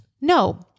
no